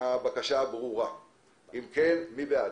מי בעד?